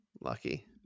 lucky